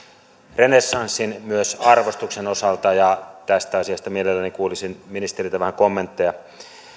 renessanssin myös arvostuksen osalta ja tästä asiasta mielelläni kuulisin ministeriltä vähän kommentteja